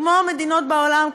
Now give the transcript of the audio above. כמו מדינות בעולם,